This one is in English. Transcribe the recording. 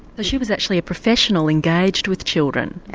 she was actually a professional engaged with children.